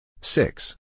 Six